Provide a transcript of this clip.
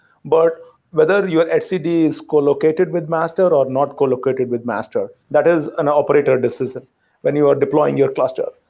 but whether your etcd is collocated with master or not collocated with master, that is an operator decision when you are deploying your cluster,